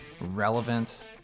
relevant